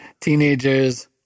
teenagers